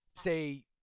say